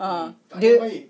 ah dia